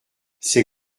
ces